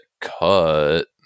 cut